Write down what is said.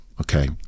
okay